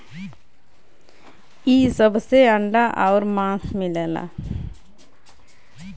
इ सब से अंडा आउर मांस मिलला